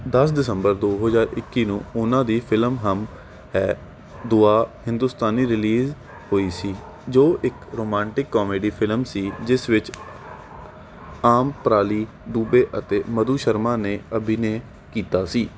ਦਸ ਦਸੰਬਰ ਦੋ ਹਜ਼ਾਰ ਇੱਕੀ ਨੂੰ ਉਹਨਾਂ ਦੀ ਫ਼ਿਲਮ ਹਮ ਹੈ ਦੁਆ ਹਿੰਦੁਸਤਾਨੀ ਰਿਲੀਜ਼ ਹੋਈ ਸੀ ਜੋ ਇੱਕ ਰੋਮਾਂਟਿਕ ਕਾਮੇਡੀ ਫ਼ਿਲਮ ਸੀ ਜਿਸ ਵਿੱਚ ਆਮ੍ਰਪਾਲੀ ਦੂਬੇ ਅਤੇ ਮਧੂ ਸ਼ਰਮਾ ਨੇ ਅਭਿਨੇ ਕੀਤਾ ਸੀ